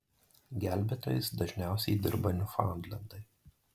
gelbėtojais dažniausiai dirba niūfaundlendai